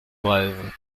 brève